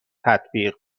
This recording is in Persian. تطبیق